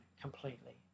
completely